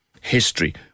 history